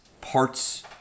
parts